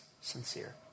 sincere